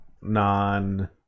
non